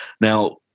now